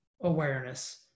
awareness